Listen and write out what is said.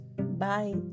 Bye